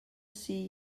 see